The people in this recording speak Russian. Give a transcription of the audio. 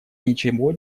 ничего